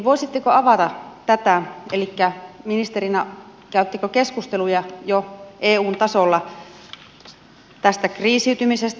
voisitteko avata tätä elikkä käyttekö ministerinä keskusteluja jo eun tasolla tästä kriisiytymisestä